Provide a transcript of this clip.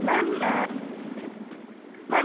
ma'am ma'am